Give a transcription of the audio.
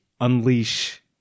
unleash